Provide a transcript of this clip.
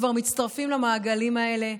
כבר מצטרפים למעגלים האלה,